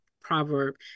proverb